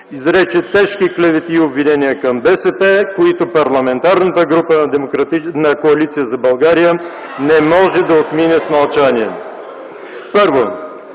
изрече тежки клевети и обвинения към БСП, които Парламентарната група на Коалиция за България, не може да отмине с мълчание. Първо,